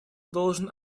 должен